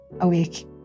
Awake